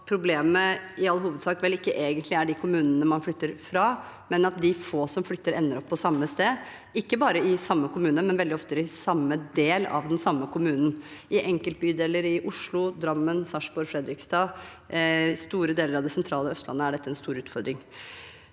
ikke egentlig er de kommunene man flytter fra, men at de få som flytter, ender opp på samme sted, ikke bare i samme kommune, men veldig ofte i samme del av den samme kommunen. I enkeltbydeler i Oslo, Drammen, Sarpsborg, Fredrikstad og store deler